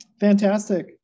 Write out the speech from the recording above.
Fantastic